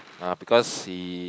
uh because he